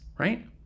Right